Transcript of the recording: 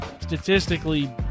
statistically